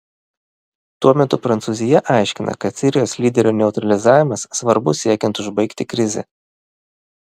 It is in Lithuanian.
tuo metu prancūzija aiškina kad sirijos lyderio neutralizavimas svarbus siekiant užbaigti krizę